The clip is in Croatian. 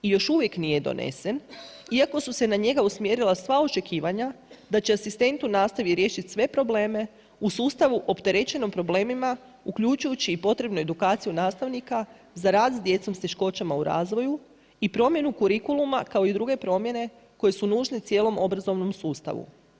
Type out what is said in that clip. I još uvijek nije donesen, iako su se na njega usmjerila sva očekivanja da će asistent u nastavi riješiti sve probleme u sustavu opterećenom problemima uključujući i potrebnoj edukaciji nastavnika za rast s djecom s teškoćama u razvoju i promjenu kurikuluma kao i druge promjene koje su nužne cijelom obrazovnom sustavu.